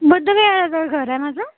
बुद्धविहाराजवळ घर आहे माझं